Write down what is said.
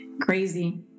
crazy